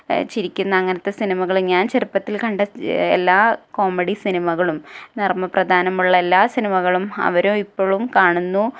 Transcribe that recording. ചിരിക്കുന്ന അങ്ങനെത്തെ സിനിമകൾ ഞാൻ ചെറുപ്പത്തിൽ കണ്ട എല്ലാ കോമഡീ സിനിമകളും നർമ്മപ്രധാനമുള്ള എല്ലാ സിനിമകളും അവരും ഇപ്പളും കാണുന്നു